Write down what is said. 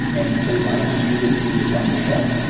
and so why not just use it to run the show.